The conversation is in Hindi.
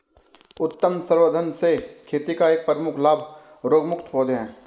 उत्तक संवर्धन से खेती का एक प्रमुख लाभ रोगमुक्त पौधे हैं